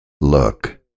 look